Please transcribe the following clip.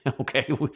okay